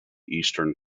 eastern